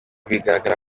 bigaragara